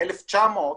ה-1,900,